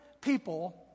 people